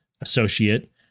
associate